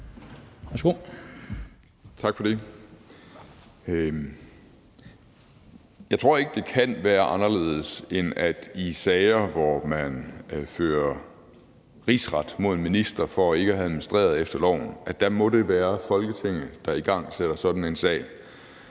Jeg tror ikke, det kan være anderledes, end at det i sager, hvor man fører en rigsretssag imod en minister for ikke at have administreret efter loven, må være Folketinget, der igangsætter sådan en sag,